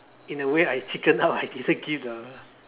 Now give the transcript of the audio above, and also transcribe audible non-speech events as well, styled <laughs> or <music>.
in a way I chickened out <laughs> I didn't give the